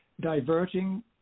diverting